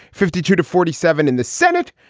fifty two to forty seven in the senate.